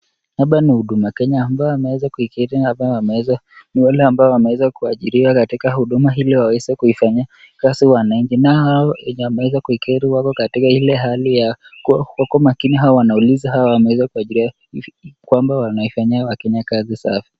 Hapa ni huduma Kenya. Ambao wameweza kuketi hapa ni wale ambao wameweza kuajiriwa katika huduma, ili waweze kufanyia kazi wananchi. Nao hao wenye wameweza kuketi wako katika ile hali ya, wako makini hao wanauliza hawa wameweza kuajiriwa kwamba wanaifanyia wakenya kazi safi.